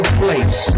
place